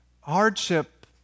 Hardship